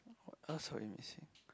what else are we missing